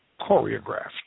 choreographed